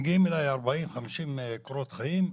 מגיעים אליי 40-50 קורות חיים.